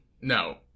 No